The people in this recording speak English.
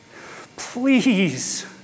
please